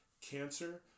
cancer